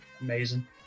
amazing